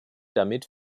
damit